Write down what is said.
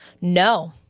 No